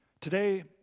Today